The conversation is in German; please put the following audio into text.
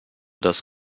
das